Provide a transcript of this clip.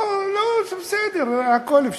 בואו, לא, זה בסדר, הכול אפשרי.